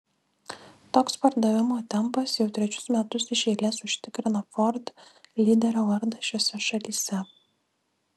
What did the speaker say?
toks pardavimo tempas jau trečius metus iš eilės užtikrina ford lyderio vardą šiose šalyse